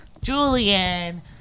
Julian